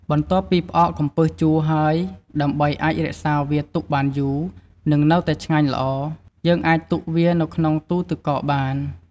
បន្ទាប់ពីផ្អកកំពឹសជូរហើយ ដើម្បីអាចរក្សាវាទុកបានយូរ និងនៅតែឆ្ងាញ់ល្អ យើងអាចទុកវានៅក្នុងទូទឹកកកបាន។